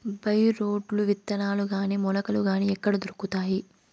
By రోడ్లు విత్తనాలు గాని మొలకలు గాని ఎక్కడ దొరుకుతాయి?